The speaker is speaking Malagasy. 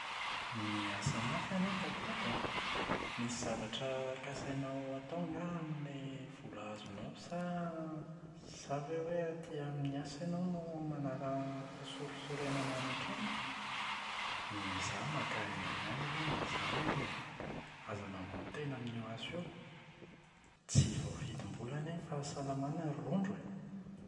Niasa mafy ianao tato ho ato an, misy zavatra kasainao atao angaha amin’ilay vola azonao sa sa ve hoe aty amin’ny asa ianao no manala fahasorisorenana any an-trano? Miezaha maka aina ihany aloha na izany ary e! Aza mamono tena amin’io asa io. Tsy voavidim-bola anie ny fahasalamana ry Rondro e!